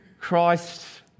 Christ